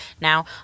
Now